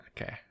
okay